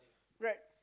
right